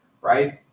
right